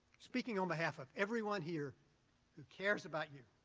speaking on behalf of everyone here who cares about you,